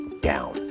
down